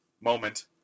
Moment